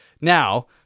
Now